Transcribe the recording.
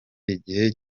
igihe